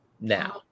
now